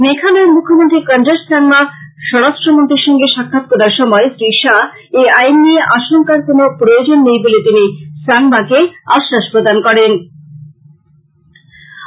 মেঘালয়ের মৃখ্যমন্ত্রী কনরাড সাংমা স্বরাষ্ট্রমন্ত্রীর সঙ্গে সাক্ষাৎ করার সময় শ্রী শাহ এই আইন নিয়ে আশংকার কোন প্রয়োজন নেই বলে শ্রী সাংমাকে আশ্বাস প্রদান করেন